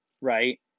right